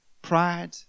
Pride